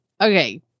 okay